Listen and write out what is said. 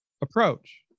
approach